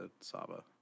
Saba